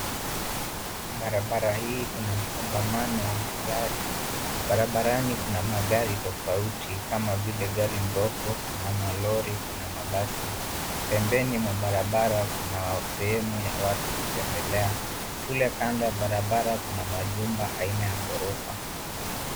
Barabara hii kuna msongamano wa magari, barabarani kuna magari tofauti kama vile gari ndogo na malori kuna mabasi. Pembeni mwa barabara kuna sehemu ya watu kutembelea, kule kando ya barabara kuna majumba aina ya ghorofa.